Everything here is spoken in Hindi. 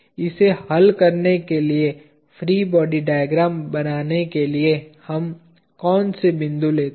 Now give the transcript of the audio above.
इसे हल करने के लिए फ्री बॉडी डायग्राम बनाने के लिए हम कौन से बिंदु लेते हैं